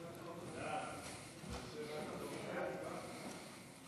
סעיפים 13 נתקבלו.